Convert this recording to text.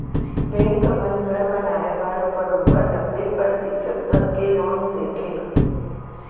bank मन घर बनाए बर बरोबर नब्बे परतिसत तक के लोन देथे